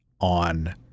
on